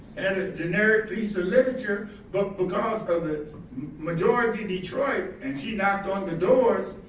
and a generic piece of literature but because of the majority detroit and she knocked on the doors,